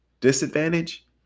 disadvantage